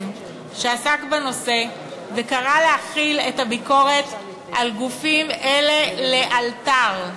שעסק בנושא וקרא להחיל את הביקורת על הגופים האלה לאלתר.